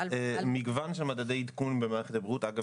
יש מגוון של מדדי עדכון במערכת הבריאות - אגב,